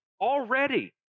Already